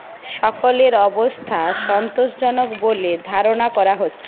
সকলের অবস্থা সন্তোষজনক বলে ধারণা করা হচ্ছে